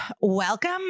welcome